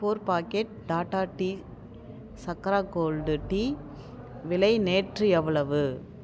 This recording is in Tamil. four packet Tata tea Chakra gold tea விலை நேற்று எவ்வளவு